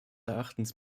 erachtens